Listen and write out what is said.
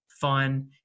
fun